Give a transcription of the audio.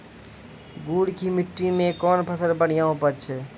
गुड़ की मिट्टी मैं कौन फसल बढ़िया उपज छ?